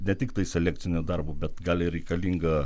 ne tiktai selekciniu darbu bet gal ir reikalinga